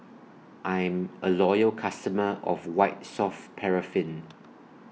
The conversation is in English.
I'm A Loyal customer of White Soft Paraffin